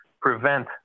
prevent